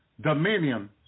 dominion